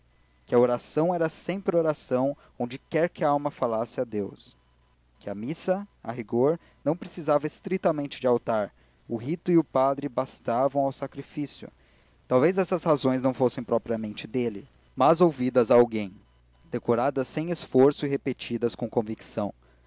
que a oração era sempre oração onde quer que a alma falasse a deus que a missa a rigor não precisava estritamente de altar o rito e o padre bastavam ao sacrifício talvez essas razões não fossem propriamente dele mas ouvidas a alguém decoradas sem esforço e repetidas com convicção